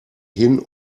hin